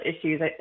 issues